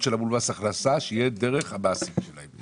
שלהם מול מס הכנסה תהיה דרך המעסיק שלהם.